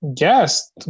yes